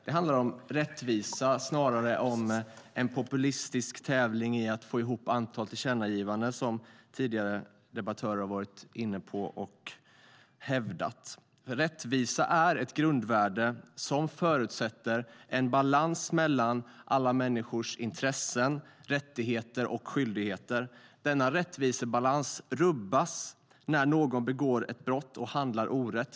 Det handlar om rättvisa snarare än om en populistisk tävling om att få ihop högst antal tillkännagivanden, som tidigare debattörer har varit inne på och hävdat. Rättvisa är ett grundvärde som förutsätter en balans mellan alla människors intressen, rättigheter och skyldigheter. Denna rättvisebalans rubbas när någon begår ett brott och handlar orätt.